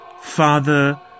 father